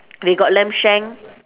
they got lamb shank